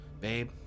babe